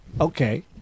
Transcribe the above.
okay